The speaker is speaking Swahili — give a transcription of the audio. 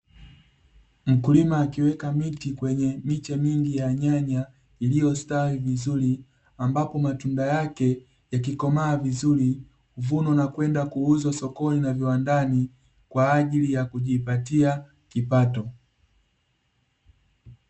Mkulima akiweka miti kwenye miche mingi ya nyanya iliyostawi vizuri, ambapo matunda yake yakikomaa vizuri huvunwa na kwenda kuuzwa sokoni na viwandani, kwa ajili ya kujipatia kipato.